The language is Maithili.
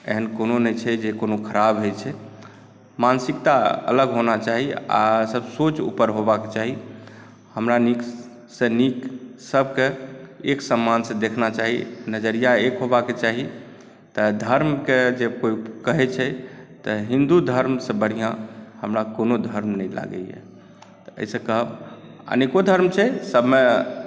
एहन कोनो नहि छै जे कोनो खराब होइ छै मानसिकता अलग होना चाही आ सब सोच ऊपर होबाक चाही हमरा नीकसँ नीक सबकेँ एक समानसँ देखना चाही नजरिया एक होबाके चाही तऽ धर्मके जे कोइ कहै छै तऽ हिन्दू धर्मसे बढ़िऑं हमरा कोनो धर्म नहि लागैया तऽ एहिसँ कहब अनेको धर्म छै सबमे